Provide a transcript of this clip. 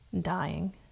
dying